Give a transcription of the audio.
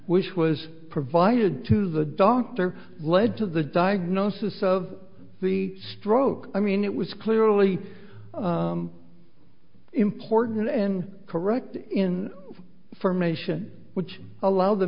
which was provided to the doctor led to the diagnosis of the stroke i mean it was clearly important and correct in for mission which allowed the